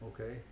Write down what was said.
okay